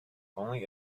only